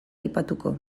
aipatuko